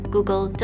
Google